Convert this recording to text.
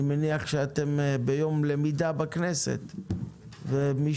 אני מניח שאתם ביום למידה בכנסת ומישהו